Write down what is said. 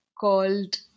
called